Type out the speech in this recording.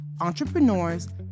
entrepreneurs